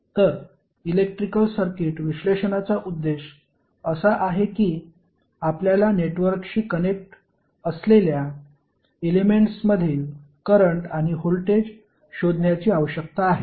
तर electrical circuit विश्लेषणाचा उद्देश असा आहे की आपल्याला नेटवर्कशी कनेक्ट असलेल्या एलेमेंट्समधील करंट आणि व्होल्टेज शोधण्याची आवश्यकता आहे